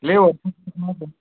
लेउ